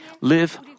live